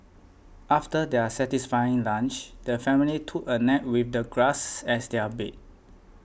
after their satisfying lunch the family took a nap with the grass as their bed